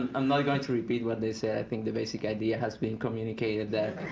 and i'm not going to repeat what they said. i think the basic idea has been communicated